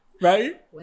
right